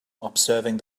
observing